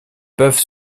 peuvent